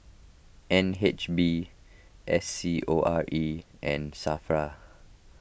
N H B S C O R E and Safra